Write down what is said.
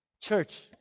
Church